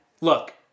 look